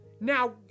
now